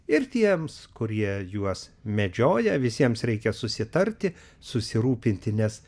ir tiems kurie juos medžioja visiems reikia susitarti susirūpinti nes